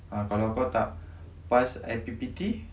ah kalau kau tak pass I_P_P_T